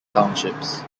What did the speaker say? townships